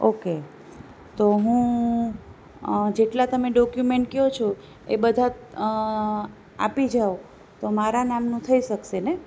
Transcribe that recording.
okay તો હું જેટલા તમે ડોક્યુમેંટ કહો છો એ બધા આપી જાવ તો મારા નામનું થઈ શકશે ને